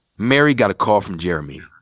mary got a call from jeremy.